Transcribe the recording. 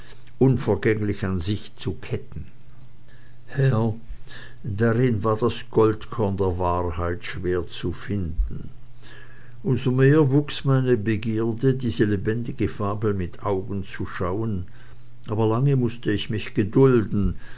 unvergänglich an sich zu ketten herr darin war das goldkorn der wahrheit schwer zu finden um so mehr wuchs meine begierde diese lebendige fabel mit augen zu schauen aber lange mußt ich mich gedulden